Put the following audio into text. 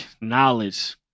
knowledge